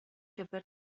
gyfer